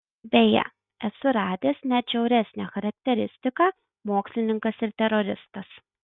beje esu radęs net žiauresnę charakteristiką mokslininkas ir teroristas